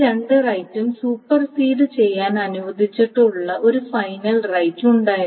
ഈ രണ്ട് റൈറ്റും സൂപ്പർ സീഡ് ചെയ്യാൻ അനുവദിച്ചിട്ടുള്ള ഒരു ഫൈനൽ റൈറ്റ് ഉണ്ടായിരുന്നു